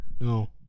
No